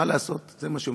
מה לעשות, זה מה שמפורסם.